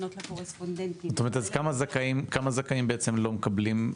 כן פונים לקורספונדנטים --- אז כמה זכאים לא מקבלים?